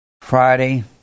Friday